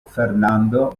fernando